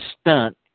stunt